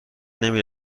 نمی